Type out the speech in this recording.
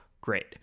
Great